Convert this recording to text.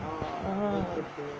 ah